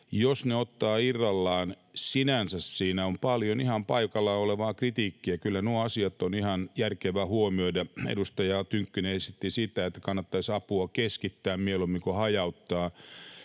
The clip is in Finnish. Jos ne ottaa irrallaan, sinänsä niissä on paljon ihan paikallaan olevaa kritiikkiä. Kyllä nuo asiat on ihan järkevää huomioida. Edustaja Tynkkynen esitti, että kannattaisi mieluummin keskittää apua kuin hajauttaa